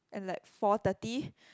at like four thirty